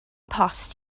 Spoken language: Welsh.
post